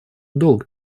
долг